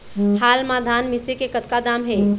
हाल मा धान मिसे के कतका दाम हे?